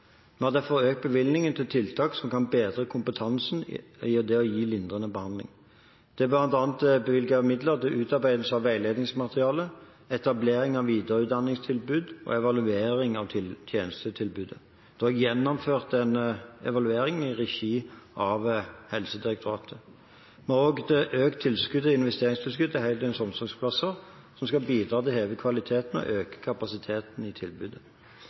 Vi har derfor økt bevilgningen til tiltak som kan bedre kompetansen i det å gi lindrende behandling. Det er bl.a. bevilget midler til utarbeidelse av veiledningsmateriale, etablering av videreutdanningstilbud og evaluering av tjenestetilbudet. Det er også gjennomført en evaluering i regi av Helsedirektoratet. Vi har også økt investeringstilskuddet til heldøgnsplasser, som skal bidra til å heve kvaliteten og øke kapasiteten i tilbudet.